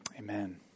Amen